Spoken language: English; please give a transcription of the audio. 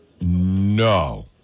No